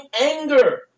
anger